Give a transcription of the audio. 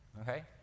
okay